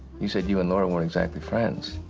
you said you and laura weren't exactly friends.